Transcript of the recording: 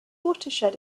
watershed